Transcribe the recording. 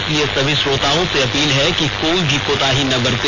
इसलिए सभी श्रोताओं से अपील है कि कोई भी कोताही ना बरते